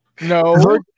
No